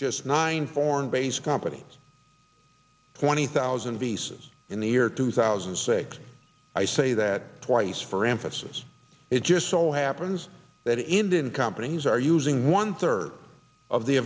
just nine foreign based companies twenty thousand pieces in the year two thousand and six i say that twice for emphasis it just so happens that indian companies are using one third of the